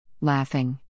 laughing